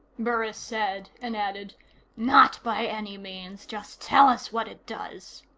burris said, and added not by any means. just tell us what it does.